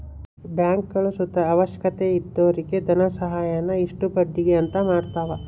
ಬ್ಯಾಂಕ್ಗುಳು ಸುತ ಅವಶ್ಯಕತೆ ಇದ್ದೊರಿಗೆ ಧನಸಹಾಯಾನ ಇಷ್ಟು ಬಡ್ಡಿಗೆ ಅಂತ ಮಾಡತವ